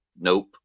nope